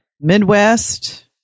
Midwest